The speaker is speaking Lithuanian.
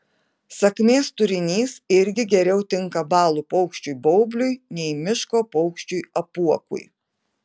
sakmės turinys irgi geriau tinka balų paukščiui baubliui nei miško paukščiui apuokui